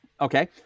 Okay